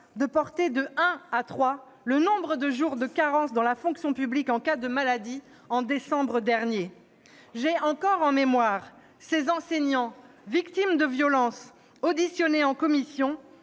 de porter de un à trois le nombre de jours de carence dans la fonction publique en cas de maladie. J'ai encore en mémoire ces enseignants victimes de violences, auditionnés en commission,